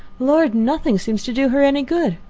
lord! nothing seems to do her any good.